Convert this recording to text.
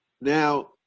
Now